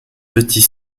petit